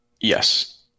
yes